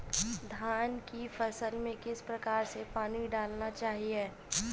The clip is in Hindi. धान की फसल में किस प्रकार से पानी डालना चाहिए?